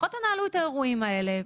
לפחות תנהלו את האירועים האלה.